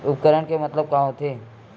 उपकरण के मतलब का होथे?